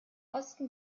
osten